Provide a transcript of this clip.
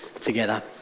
together